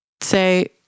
say